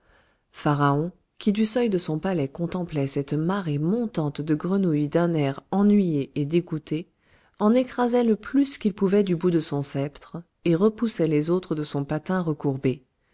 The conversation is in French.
qui du seuil de son palais contemplait cette marée montante de grenouilles d'un air ennuyé et dégoûté en écrasait le plus qu'il pouvait du bout de son sceptre et repoussait les autres de son patin recourbé